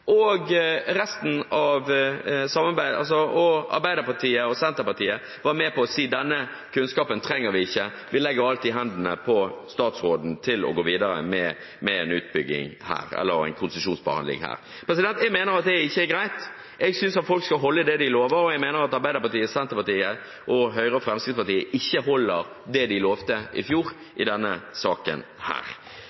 og Arbeiderpartiet og Senterpartiet var med på å si at denne kunnskapen trenger vi ikke – vi legger alt i hendene på statsråden til å gå videre med en konsesjonsbehandling her. Jeg mener at det ikke er greit. Jeg synes at folk skal holde det de lover, og jeg mener at Arbeiderpartiet, Senterpartiet, Høyre og Fremskrittspartiet ikke holder det de lovte i